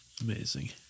Amazing